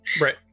Right